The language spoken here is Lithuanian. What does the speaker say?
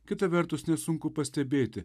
kita vertus nesunku pastebėti